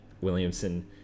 Williamson